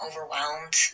overwhelmed